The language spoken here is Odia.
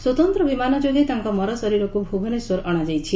ସ୍ୱତନ୍ତ ବିମାନ ଯୋଗେ ତାଙ୍କ ମରଶରୀରକୁ ଭୁବନେଶ୍ୱର ଅଶାଯାଇଛି